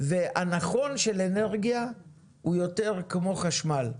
והנכון של אנרגיה הוא יותר כמו חשמל.